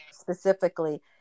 specifically